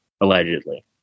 allegedly